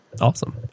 Awesome